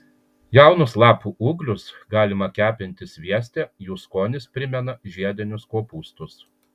jaunus lapų ūglius galima kepinti svieste jų skonis primena žiedinius kopūstus